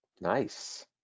Nice